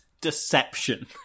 deception